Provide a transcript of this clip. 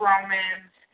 Romans